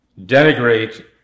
denigrate